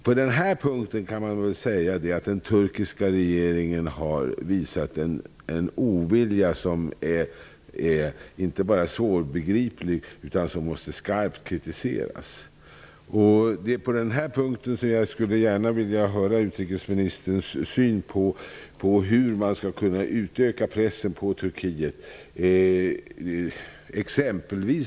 På den här punkten har den turkiska regeringen visat en ovilja som är svårbegriplig och som skarpt måste kritiseras. Jag skulle vilja höra vad utrikesministern har för syn på hur man skall kunna öka pressen på Turkiet.